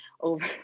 over